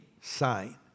sign